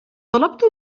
طلبت